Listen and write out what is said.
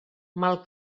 mal